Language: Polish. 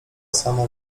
sama